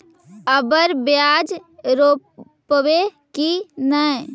अबर प्याज रोप्बो की नय?